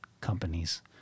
companies